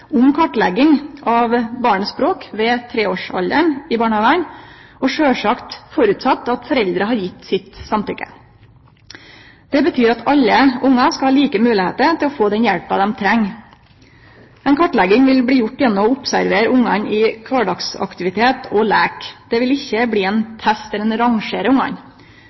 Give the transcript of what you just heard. om kartlegging av barnets språk ved tre års alder i barnehagen, sjølvsagt underforstått at foreldra har gjeve sitt samtykke. Det betyr at alle ungar skal ha like moglegheiter til å få den hjelpa dei treng. Ei kartlegging vil bli gjord gjennom å observere ungen i kvardagsaktivitet og leik, det vil ikkje bli ein